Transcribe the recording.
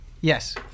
Yes